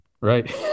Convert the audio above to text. right